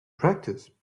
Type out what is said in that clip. practice